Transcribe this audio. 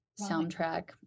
soundtrack